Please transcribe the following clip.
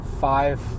five